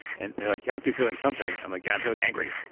and like you have to be feeling something. i'm like, yeah. i'm feeling angry.